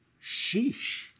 sheesh